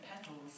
petals